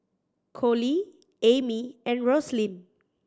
Coley Amy and Roslyn